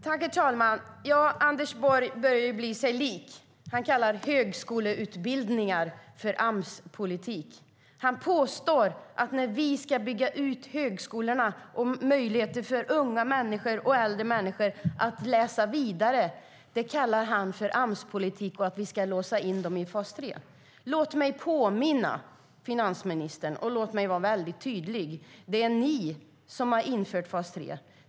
Herr talman! Anders Borg börjar bli sig lik. Han kallar högskoleutbildningar för Amspolitik. När vi ska bygga ut högskolorna och möjligheter för unga människor och äldre att läsa vidare kallar han det för Amspolitik och att vi ska låsa in dem i fas 3. Låt mig påminna finansministern, och låt mig vara väldigt tydlig: Det är ni som har infört fas 3.